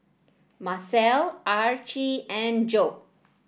Macel Archie and Joe